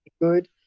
good